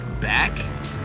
back